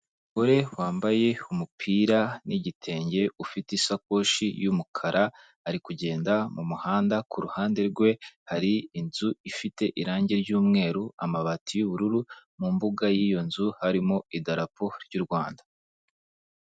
Umugore wambaye umupira n'igitenge ufite isakoshi y'umukara ari kugenda mumuhanda kuruhande rwe hari inzu ifite irangi ry'umweru amabati y'ubururu mu mbuga y'iyo nzu harimo idarapo ry'u Rwanda.